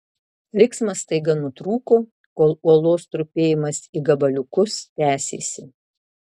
riksmas staiga nutrūko kol uolos trupėjimas į gabaliukus tęsėsi